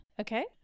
okay